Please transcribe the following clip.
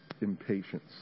impatience